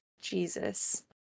Jesus